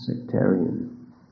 sectarian